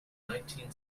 nineteen